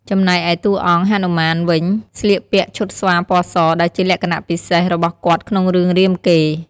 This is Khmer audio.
ចំណែកឯតួអង្គ ហនុមាន វិញស្លៀកពាក់ឈុតស្វាពណ៌ស ដែលជាលក្ខណៈពិសេសរបស់គាត់ក្នុងរឿងរាមកេរ្តិ៍ ។